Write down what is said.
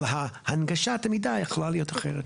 אבל הנגשת המידע יכולה להיות אחרת.